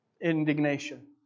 indignation